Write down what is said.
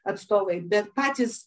atstovai bet patys